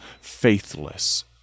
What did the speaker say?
faithless